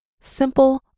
simple